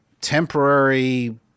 temporary